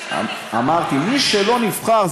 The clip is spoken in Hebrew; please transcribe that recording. מי שלא נבחר.